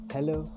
Hello